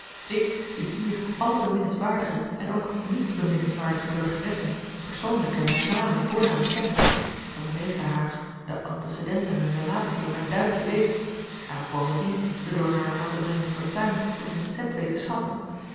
ik die hier alle beminnenswaardige en ook niet beminnens waardige burgeressen persoonlijk en met naam en voornaam ken van de meeste harer de antecedenten en relatiën op mijn duimpje weet en nog bovendien de door haar aan te brengen fortuin tot een cent